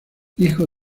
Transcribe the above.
hijo